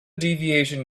deviation